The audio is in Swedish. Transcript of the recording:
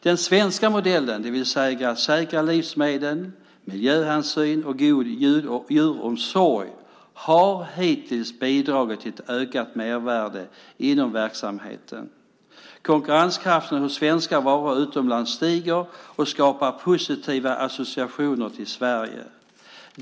Den svenska modellen, det vill säga säkra livsmedel, miljöhänsyn och god djuromsorg, har hittills bidragit till ett ökat mervärde inom verksamheten. Konkurrenskraften hos svenska varor utomlands stiger och skapar positiva associationer till Sverige.